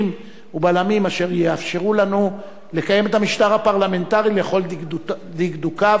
ובלמים אשר יאפשרו לנו לקיים את המשטר הפרלמנטרי לכל דקדוקיו,